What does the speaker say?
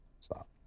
Stop